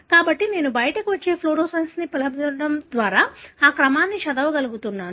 కాబట్టి నేను బయటకు వచ్చే ఫ్లోరోసెన్స్ని పిలవడం ద్వారా ఆ క్రమాన్ని చదవగలుగుతున్నాను